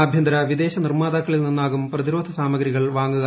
ആഭ്യന്തര വിദേശ നിർമ്മാതാക്കളിൽ നിന്നാകും പ്രതിരോധ സാമഗ്രികൾ വാങ്ങുക